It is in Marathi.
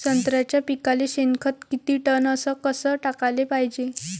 संत्र्याच्या पिकाले शेनखत किती टन अस कस टाकाले पायजे?